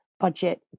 budget